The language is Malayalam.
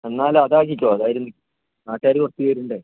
എന്നാൽ അതാക്കിക്കൊ അതായിരിക്കും നാട്ടുകാർ കുറച്ച് പേരുണ്ട്